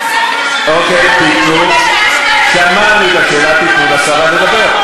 אוקיי, שמענו את הקריאה, תיתנו לשרה לדבר.